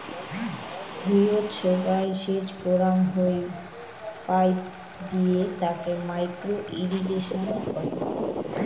ভুঁইয়ত সোগায় সেচ করাং হই পাইপ দিয়ে তাকে মাইক্রো ইর্রিগেশন কহে